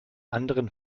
anderen